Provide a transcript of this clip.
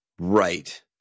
Right